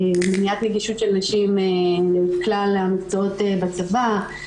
מניעת נגישות של נשים לכלל המקצועות בצבא,